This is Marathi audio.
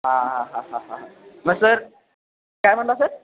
हां हां हां हां हां मग सर काय म्हणला सर